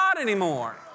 anymore